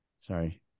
Sorry